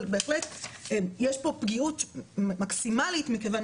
אבל בהחלט יש פה פגיעות מקסימלית מכיוון